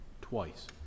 twice